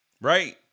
Right